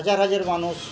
হাজার হাজের মানুষ